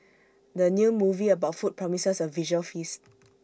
the new movie about food promises A visual feast